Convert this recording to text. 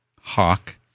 Hawk